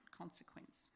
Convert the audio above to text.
consequence